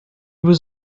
was